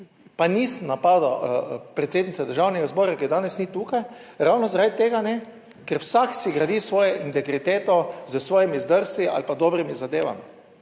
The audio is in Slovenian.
pa nisem napadel predsednice Državnega zbora, ki je danes ni tukaj, ravno zaradi tega ne, ker vsak si gradi svojo integriteto s svojimi zdrsi ali pa dobrimi zadevami,